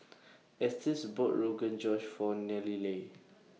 Estes bought Rogan Josh For Nallely